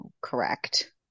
correct